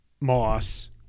moss